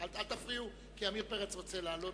אל תפריעו, כי עמיר פרץ רוצה לעלות.